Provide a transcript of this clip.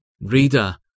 Reader